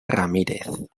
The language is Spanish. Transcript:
ramírez